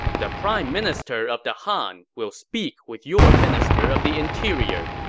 the prime minister of the han will speak with your minister of the interior.